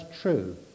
true